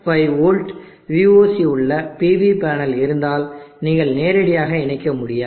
5 volt VOC உள்ள PV panel இருந்தால் நீங்கள் நேரடியாக இணைக்க முடியாது